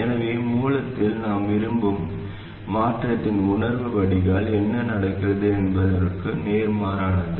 எனவே மூலத்தில் நாம் விரும்பும் மாற்றத்தின் உணர்வு வடிகால் என்ன நடக்கிறது என்பதற்கு நேர்மாறானது